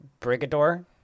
Brigador